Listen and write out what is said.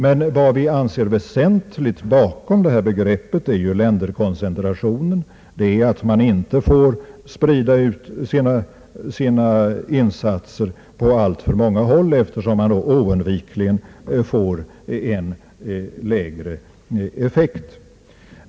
Men vad vi anser väsentligt bakom detta begrepp är ju länderkoncentration — att man inte får sprida ut sina insatser på alltför många håll, eftersom man då oundvikligen får en lägre effekt.